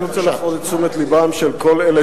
אני רוצה להפנות את תשומת לבם של כל אלה,